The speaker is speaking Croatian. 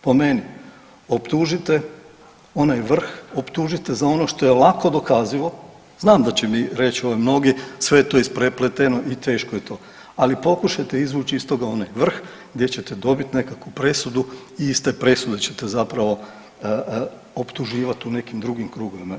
Po meni optužite onaj vrh, optužite za ono što je lako dokazivo, znam da će mi reći ovaj mnogi sve je to isprepletno i teško je to, ali pokušajte iz toga izvući onaj vrh gdje ćete dobiti nekakvu presudu i iz te presude ćete zapravo optuživati u nekim drugim krugovima.